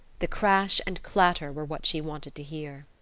the crash and clatter were what she wanted to hear.